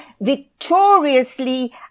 victoriously